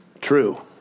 true